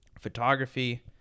photography